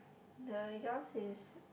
the yours is